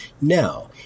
Now